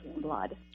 blood